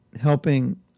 helping